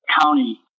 county